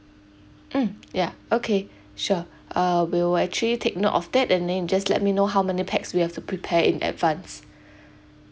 mm ya okay sure uh we will actually take note of that and then you just let me know how many pax we have to prepare in advance